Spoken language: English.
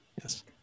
Yes